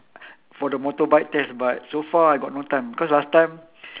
for the motorbike test but so far I got no time cause last time